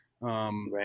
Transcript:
right